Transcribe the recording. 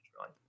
right